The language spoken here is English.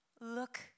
Look